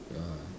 ah